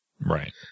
Right